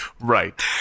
Right